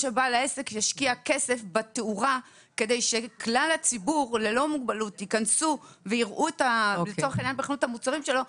כסף בתאורה כדי שכלל הציבור ללא מוגבלות ייכנס ויראה את המוצרים שלו,